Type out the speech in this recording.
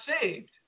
saved